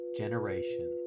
generation